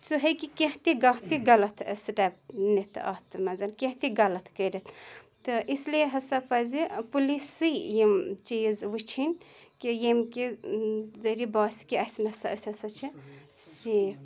سُہ ہیٚکہِ کینٛہہ تہِ کانٛہہ تہِ غلط سٹٮ۪پ نِتھ اَتھ منٛز کینٛہہ تہِ غلط کٔرِتھ تہٕ اِسلیے ہَسا پَزِ پُلیٖس سٕے یِم چیٖز وٕچھِنۍ کہِ یٔمۍ کہِ ذٔریعہِ باسہِ کہِ اَسہِ نہ سا أسۍ ہَسا چھِ سیف